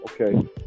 Okay